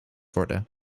worden